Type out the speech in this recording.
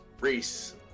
reese